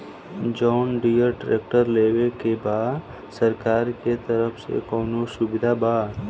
John Deere tractor लेवे के बा सरकार के तरफ से कौनो सुविधा बा?